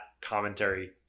commentary